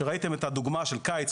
כשראיתם את הדוגמה של קיץ,